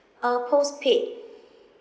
uh postpaid